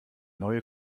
neue